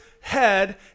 head